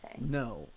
No